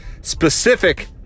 specific